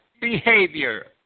behavior